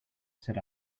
said